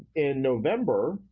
in november,